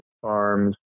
farms